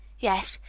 yes,